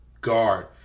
guard